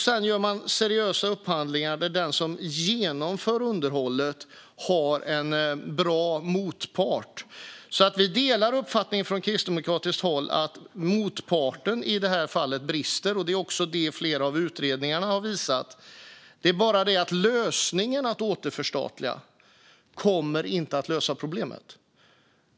Sedan gör man seriösa upphandlingar där den som genomför underhållet har en bra motpart. Från kristdemokratiskt håll delar vi alltså uppfattningen att motparten i detta fall brister. Det är också det som flera av utredningarna har visat. Men lösningen att återförstatliga kommer inte att lösa problemet.